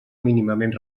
mínimament